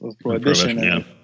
prohibition